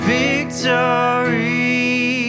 victory